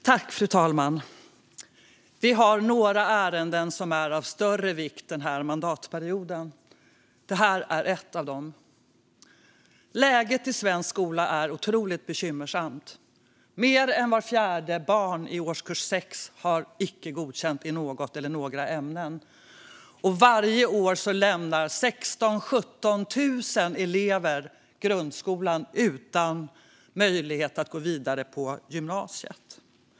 Fru talman! Vi har under den här mandatperioden några ärenden som är av större vikt. Det här är ett av dem. Läget i svensk skola är otroligt bekymmersamt. Mer än vart fjärde barn i årskurs 6 har icke godkänt i något eller några ämnen. Varje år lämnar 16 000-17 000 elever grundskolan utan möjlighet att gå vidare på gymnasiet.